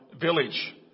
village